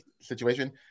situation